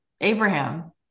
Abraham